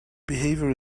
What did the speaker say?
behavior